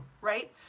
right